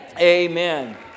Amen